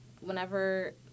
whenever